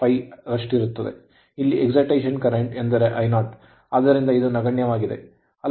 ಇಲ್ಲಿ excitation current ರೋಮಾಂಚಕ ಪ್ರಸ್ತುತ ಎಂದರೆ Io ಆದ್ದರಿಂದ ಇದು ನಗಣ್ಯವಾಗಿದೆ